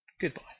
goodbye